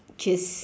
just